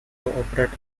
operate